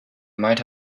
might